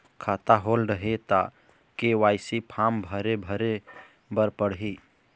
खाता होल्ड हे ता के.वाई.सी फार्म भरे भरे बर पड़ही?